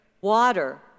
water